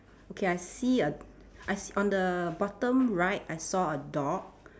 okay I see a I see on the bottom right I saw a dog